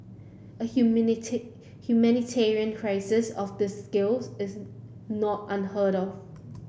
a humanity humanitarian crisis of this scales is not unheard of